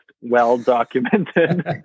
well-documented